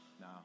no